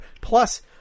Plus